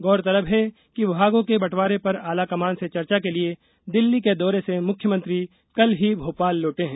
गौरतलब है कि विभागों के बंटवारे पर आलाकमान से चर्चा के लिए दिल्ली के दौरे से मुख्यमंत्री कल ही भोपाल लौटे हैं